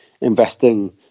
investing